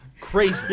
Crazy